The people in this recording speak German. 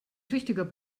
tüchtiger